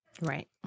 Right